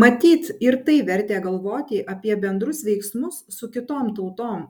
matyt ir tai vertė galvoti apie bendrus veiksmus su kitom tautom